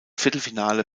viertelfinale